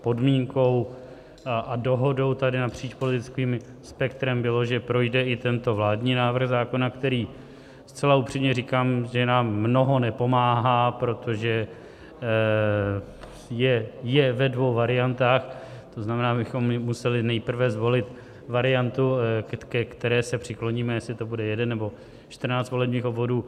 Podmínkou a dohodou tady napříč politickým spektrem bylo, že projde i tento vládní návrh, který zcela upřímně říkám nám mnoho nepomáhá, protože je ve dvou variantách, to znamená, že bychom museli nejprve zvolit variantu, ke které se přikloníme, jestli to bude jeden, nebo 14 volebních obvodů.